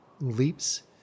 leaps